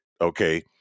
okay